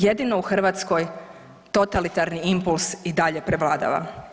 Jedino u Hrvatskoj totalitarni impuls i dalje prevladava.